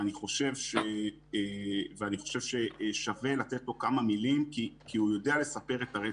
ואני חושב ששווה לתת לו לומר כמה מילים כי הוא יודע לספר את הרצף.